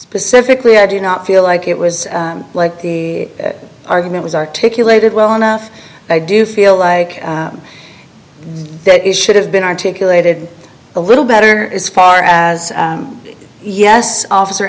specifically i do not feel like it was like the argument was articulated well enough i do feel like that it should have been articulated a little better as far as yes officer